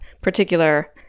particular